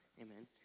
Amen